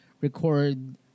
record